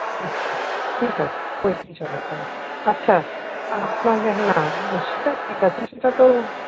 আচ্ছা ঠিক আছে পঁয়ত্রিশ হাজার টাকা আচ্ছা আপনাকে না সেটা ঠিক আছে সেটা তো